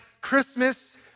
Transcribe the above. Christmas